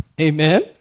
Amen